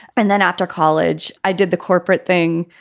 and then after college, i did the corporate thing.